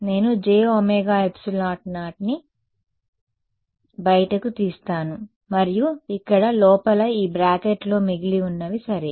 నేను jωε0 ని బయటకు తీస్తాను మరియు ఇక్కడ లోపల ఈ బ్రాకెట్లో మిగిలి ఉన్నవి సరే